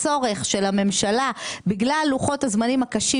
הצורך של הממשלה בגלל לוחות הזמנים הקשים,